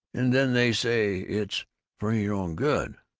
and then they say it's for your own good!